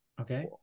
okay